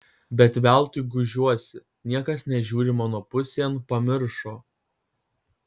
bet veltui gūžiuosi niekas nežiūri mano pusėn pamiršo